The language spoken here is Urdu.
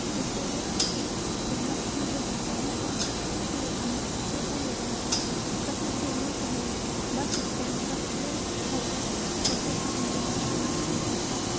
جس سے وہ کافی فیمس بھی ہو جاتے ہیں اور ایک اچھی رقم بھی حاصل کر لیتے ہیں سفر کے لئے پہلے بس اسٹینڈ پر کھڑے ہو کر بسوں کا انتظار کرنا پڑتا تھا